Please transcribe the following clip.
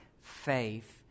faith